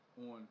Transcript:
on